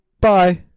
Bye